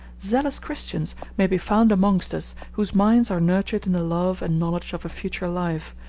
zealous christians may be found amongst us whose minds are nurtured in the love and knowledge of a future life,